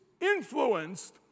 influenced